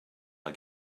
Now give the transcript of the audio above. are